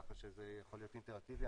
כך שזה יכול להיות אינטראקטיבי.